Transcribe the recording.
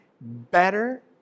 better